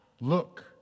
look